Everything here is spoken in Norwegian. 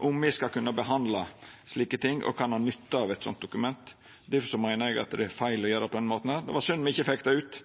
om me skal kunne behandla slike ting og kan ha nytte av eit slikt dokument. Derfor meiner eg at det er feil å gjera det på denne måten. Det var synd me ikkje fekk det ut